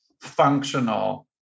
functional